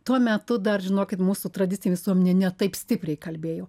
tuo metu dar žinokit mūsų tradicinė visuomenė ne taip stipriai kalbėjo